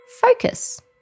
focus